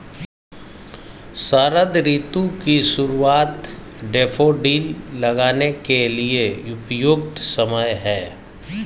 शरद ऋतु की शुरुआत डैफोडिल लगाने के लिए उपयुक्त समय है